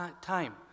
time